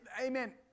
Amen